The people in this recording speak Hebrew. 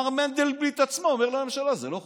מר מנדלבליט עצמו אומר לממשלה שזה לא חוקי.